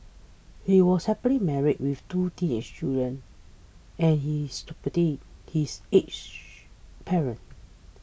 he was happily married with two teenage children and he is supporting his aged parents